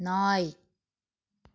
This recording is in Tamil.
நாய்